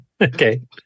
Okay